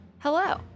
Hello